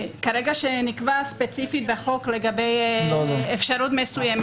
ברגע שנקבע ספציפית בחוק לגבי אפשרות מסוימת,